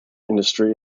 industry